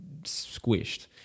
squished